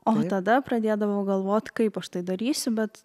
o tada pradėdavau galvot kaip aš tai darysiu bet